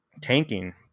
tanking